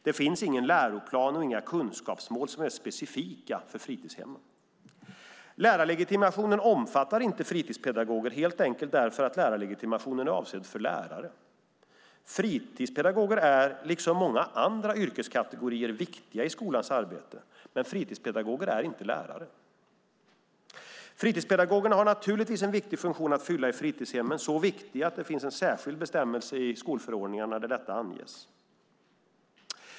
Det finns ingen läroplan och inga kunskapsmål som är specifika för fritidshemmen. Lärarlegitimationen omfattar inte fritidspedagoger, helt enkelt därför att lärarlegitimationen är avsedd för lärare. Fritidspedagoger är, liksom många andra yrkeskategorier, viktiga i skolans arbete. Men fritidspedagoger är inte lärare. Fritidspedagogerna har naturligtvis en viktig funktion att fylla i fritidshemmen. Den är så viktig att det finns en särskild bestämmelse i skolförordningen där detta anges.